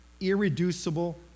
Irreducible